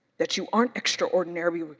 that you aren't extraordinary,